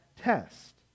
test